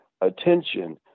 attention